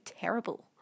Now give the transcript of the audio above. terrible